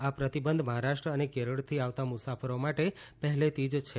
આ પ્રતિબંધ મહારાષ્ટ્ર અને કેરળથી આવતા મુસાફરો માટે પહેલેથી જ છે